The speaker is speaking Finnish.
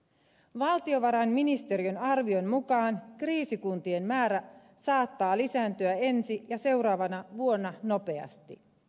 valtiovarainministeriön arvion mukaan kriisikuntien määrä saattaa lisääntyä ensi ja seuraavana vuonna nopeasti